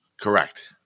Correct